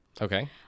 Okay